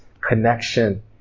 connection